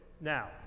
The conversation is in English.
Now